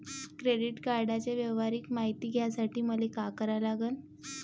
Credit कार्डाच्या व्यवहाराची मायती घ्यासाठी मले का करा लागन?